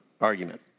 argument